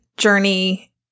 journey